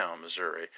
Missouri